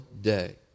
day